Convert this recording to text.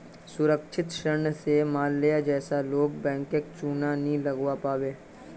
सुरक्षित ऋण स माल्या जैसा लोग बैंकक चुना नी लगव्वा पाबे